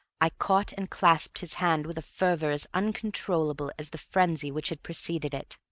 i caught and clasped his hand with a fervor as uncontrollable as the frenzy which had preceded it.